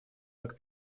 как